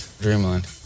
Dreamland